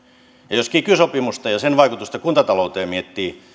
ja jos miettii kiky sopimusta ja sen vaikutusta kuntatalouteen jolla